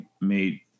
made